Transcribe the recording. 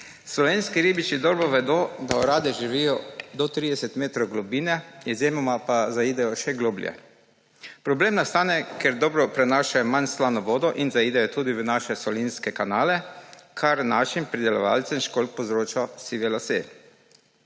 Slovenski ribiči dobro vedo, da orade živijo do 30 metrov globine, izjemoma pa zaidejo še globlje. Problem nastane, ker dobro prenašajo manj slano vodo in zaidejo tudi v naše solinske kanale, kar našim pridelovalcem školjk povzroča sive lase.